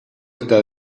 está